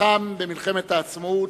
לחם במלחמת העצמאות,